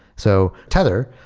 so tether,